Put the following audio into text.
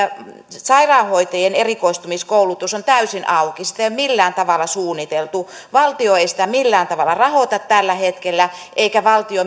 sairaanhoitajien erikoistumiskoulutus on täysin auki sitä ei ole millään tavalla suunniteltu valtio ei sitä millään tavalla rahoita tällä hetkellä eikä